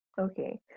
Okay